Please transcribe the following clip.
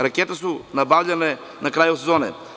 Rakete su nabavljane na kraju sezone.